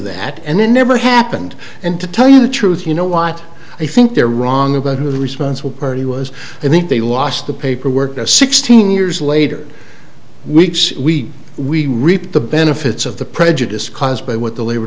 that and it never happened and to tell you the truth you know what i think they're wrong about who the responsible party was i think they lost the paperwork to sixteen years later weeks we reaped the benefits of the prejudice caused by what the labor